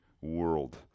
world